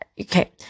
okay